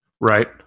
Right